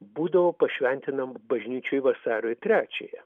būdavo pašventinam bažnyčioj vasario trečiąją